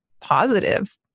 positive